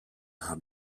habe